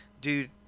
dude